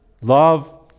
Love